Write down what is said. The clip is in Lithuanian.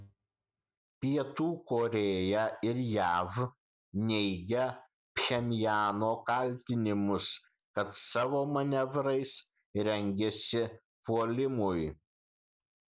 pietų korėja ir jav neigia pchenjano kaltinimus kad savo manevrais rengiasi puolimui